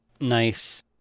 Nice